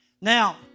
Now